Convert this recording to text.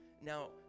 Now